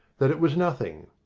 that it was nothing.